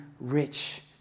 rich